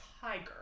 tiger